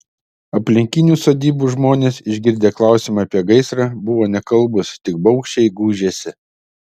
aplinkinių sodybų žmonės išgirdę klausimą apie gaisrą buvo nekalbūs tik baugščiai gūžėsi